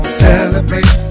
celebrate